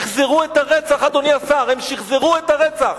אדוני השר, הם שחזרו את הרצח.